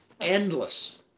endless